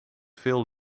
veel